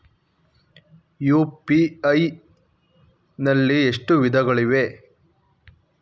UPI ನಲ್ಲಿ ಎಷ್ಟು ವಿಧಗಳಿವೆ?